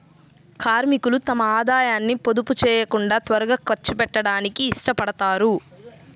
కార్మికులు తమ ఆదాయాన్ని పొదుపు చేయకుండా త్వరగా ఖర్చు చేయడానికి ఇష్టపడతారు